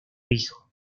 hijo